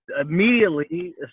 immediately